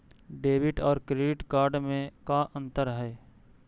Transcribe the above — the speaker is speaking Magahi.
डेबिट और क्रेडिट कार्ड में का अंतर हइ?